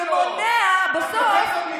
שמונע בסוף,